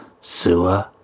sewer